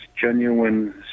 genuine